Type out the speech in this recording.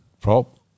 prop